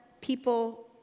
people